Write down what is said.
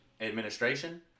administration